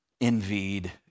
envied